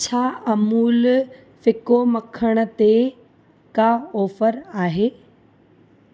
छा अमूल फिको मखण ते का ऑफर आहे